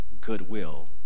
goodwill